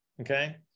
okay